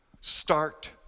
Start